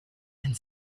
and